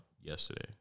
yesterday